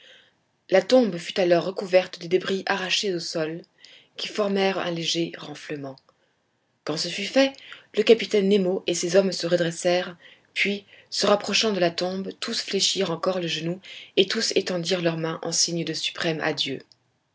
la tombe fut alors recouverte des débris arrachés au sol qui formèrent un léger renflement quand ce fut fait le capitaine nemo et ses hommes se redressèrent puis se rapprochant de la tombe tous fléchirent encore le genou et tous étendirent leur main en signe de suprême adieu